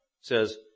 says